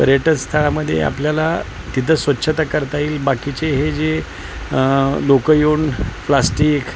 पर्यटनस्थळामध्ये आपल्याला तिथं स्वच्छता करता येईल बाकीचे हे जे लोकं येऊन प्लास्टिक